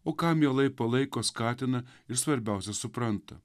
o ką mielai palaiko skatina ir svarbiausia suprantu